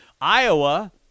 Iowa